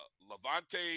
Levante